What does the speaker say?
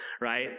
right